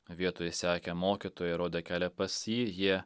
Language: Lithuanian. vietoj sekę mokytoją ir rodę kelią pas jį jie